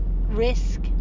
risk